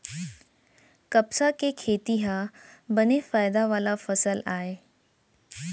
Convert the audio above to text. कपसा के खेती ह बने फायदा वाला फसल आय